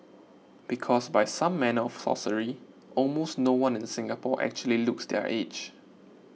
because by some manner of sorcery almost no one in Singapore actually looks their age